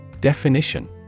Definition